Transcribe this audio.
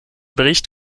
bericht